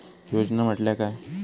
योजना म्हटल्या काय?